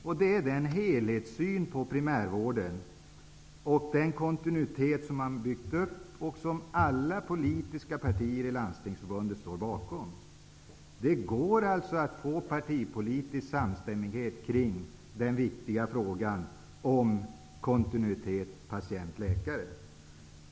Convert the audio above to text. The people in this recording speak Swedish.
Det innebär en helhetssyn på primärvården och en kontinuitet som alla politiska partier i Landstingsförbundet står bakom. Det går alltså att åstadkomma partipolitisk enighet kring den viktiga frågan om kontinuitet patientläkare.